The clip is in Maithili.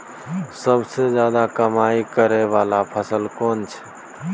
सबसे ज्यादा कमाई करै वाला फसल कोन छै?